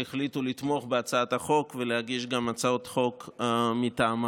שהחליטו לתמוך בהצעת החוק ולהגיש גם הצעות חוק מטעמן,